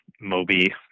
Moby